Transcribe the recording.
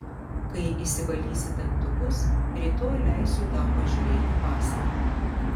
kai išsivalysi dantukus rytoj leisiu tau pažiūrėti pasaką